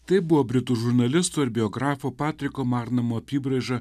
tai buvo britų žurnalisto ir biografo patriko marnamo apybraiža